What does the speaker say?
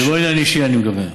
וזה לא עניין אישי, אני מקווה.